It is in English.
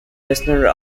eisner